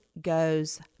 goes